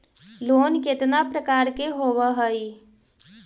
Loan केतना प्रकार के होव हइ?